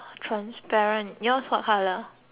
yours what colour